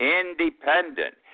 independent